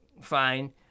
fine